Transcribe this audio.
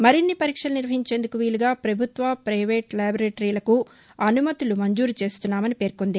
మరిన్ని పరీక్షలు నిర్వహించేందుకు వీలుగా పభుత్వ పైవేటు ల్యాబొరేటరీలకు అసుమతులు మంజూరు చేస్తున్నామని పేర్కొంది